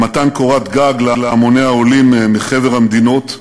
למתן קורת גג להמוני העולים מחבר המדינות,